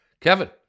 Kevin